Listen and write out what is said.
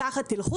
לכו,